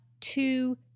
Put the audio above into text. two